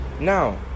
Now